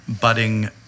budding